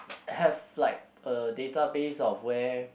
have like a database of where